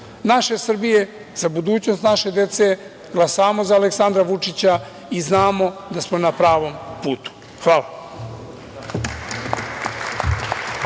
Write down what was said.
naše Srbije, za budućnost naše dece. Glasamo za Aleksandra Vučića i znamo da smo na pravom putu. Hvala